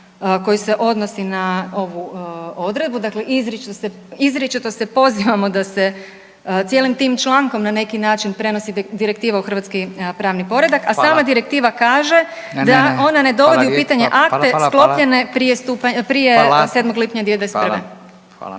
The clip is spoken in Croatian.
koji se odnosi na ovu odredbu dakle izričito se pozivamo da se cijelim tim člankom na neki način prenosi direktiva u hrvatski pravni poredak, a sama direktiva kaže da ona ne dovodi u pitanje akte sklopljene prije 7. lipnja 2021.